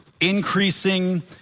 Increasing